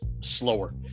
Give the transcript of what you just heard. slower